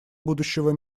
будущего